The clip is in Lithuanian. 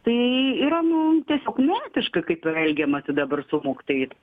tai yra nu tiesiog neetiška kaip yra elgiamasi dabar su mokytojais